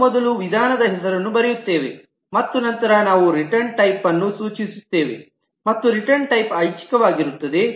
ನಾವು ಮೊದಲು ವಿಧಾನದ ಹೆಸರನ್ನು ಬರೆಯುತ್ತೇವೆ ಮತ್ತು ನಂತರ ನಾವು ರಿಟರ್ನ್ ಟೈಪ್ನ್ನು ಸೂಚಿಸುತ್ತೇವೆ ಮತ್ತು ರಿಟರ್ನ್ ಟೈಪ್ ಐಚ್ಛಿಕವಾಗಿರುತ್ತದೆ